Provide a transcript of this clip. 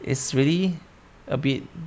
it's really a bit